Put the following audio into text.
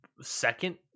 second